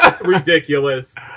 ridiculous